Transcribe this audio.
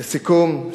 לסיכום,